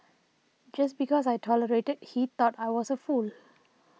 just because I tolerated he thought I was a fool